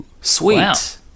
Sweet